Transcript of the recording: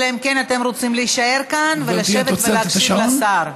אלא אם כן אתם רוצים להישאר כאן ולשבת ולהקשיב לשר,